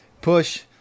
push